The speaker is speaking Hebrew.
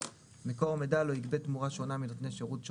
(2)מקור מידע לא יגבה תמורה שושנה מנותני שירות ש